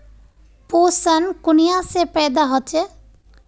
पोषण कुनियाँ से पैदा होचे?